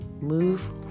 Move